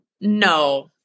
No